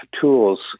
tools